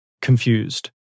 confused